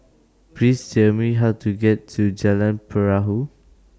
Please Tell Me How to get to Jalan Perahu